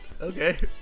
Okay